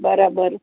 બરાબર